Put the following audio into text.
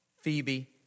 Phoebe